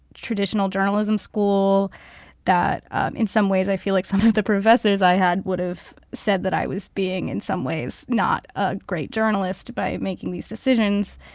traditional journalism school that in some ways i feel like some of the professors i had would have said that i was being in some ways not a great journalist by making these decisions.